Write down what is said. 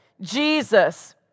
Jesus